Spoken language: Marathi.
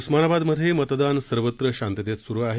उस्मानाबादमधे मतदान सर्वत्र शांततेत सुरू आहे